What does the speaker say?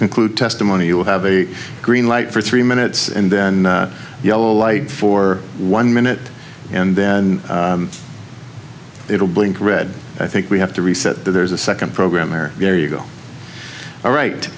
conclude testimony you will have a green light for three minutes and then yellow light for one minute and then it'll blink red i think we have to reset there's a second programmer there you go all right